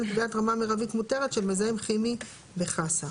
קביעת רמה מרבית מותרת של מזהם כימי בחסה,